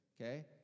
Okay